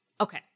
Okay